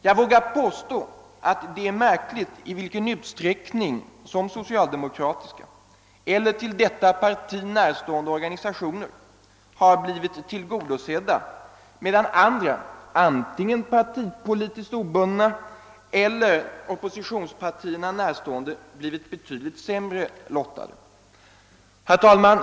Jag vågar påstå att det är märkligt i vilken utsträckning socialdemokratiska eller detta parti närstående organisationer blivit tillgodosedda medan andra, antingen partipolitiskt helt obundna eller oppositionspartierna närstående, blivit betydligt sämre lottade.